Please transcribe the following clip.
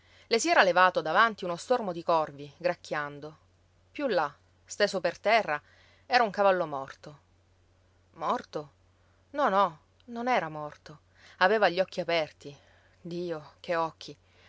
le si era levato davanti uno stormo di corvi gracchiando più là steso per terra era un cavallo morto morto no no non era morto aveva gli occhi aperti dio che occhi